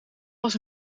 was